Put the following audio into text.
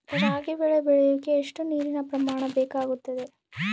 ರಾಗಿ ಬೆಳೆ ಬೆಳೆಯೋಕೆ ಎಷ್ಟು ನೇರಿನ ಪ್ರಮಾಣ ಬೇಕಾಗುತ್ತದೆ?